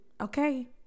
Okay